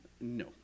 No